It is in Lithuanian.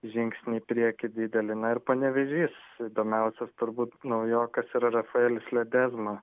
žingsnį į priekį didelį na ir panevėžys įdomiausias turbūt naujokas yra rafaelis ledesma